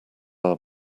our